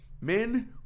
Men